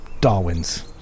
Darwin's